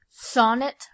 sonnet